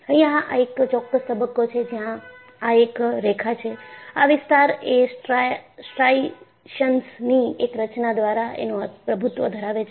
અહિયાં આ એક ચોક્કસ તબક્કો છે જ્યાં આ એક રેખા છે આ વિસ્તાર એ સ્ટ્રાઇશન્સની એક રચના દ્વારા એનો પ્રભુત્વ ધરાવે છે